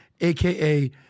AKA